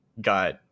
got